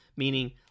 meaning